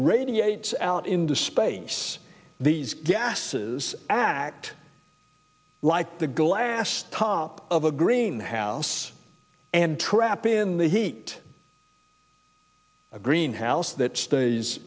radiates out into space these gases act like the glass top of a greenhouse and trap in the heat a greenhouse that